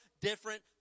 different